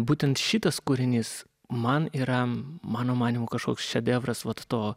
būtent šitas kūrinys man yra mano manymu kažkoks šedevras vat to